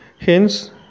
hence